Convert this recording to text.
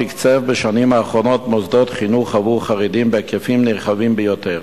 תקצב בשנים האחרונות מוסדות חינוך עבור חרדים בהיקפים נרחבים ביותר,